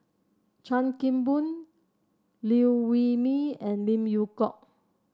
Chan Kim Boon Liew Wee Mee and Lim Yew Hock